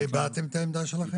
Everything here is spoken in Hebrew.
הבעתם את העמדה שלכם?